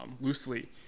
loosely